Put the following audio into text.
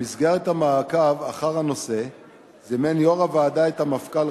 במסגרת המעקב אחר הנושא זימן יושב-ראש הוועדה את המפכ"ל,